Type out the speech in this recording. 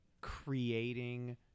creating